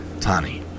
Tani